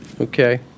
Okay